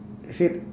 I said